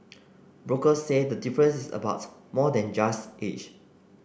brokers say the difference is about more than just age